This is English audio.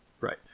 Right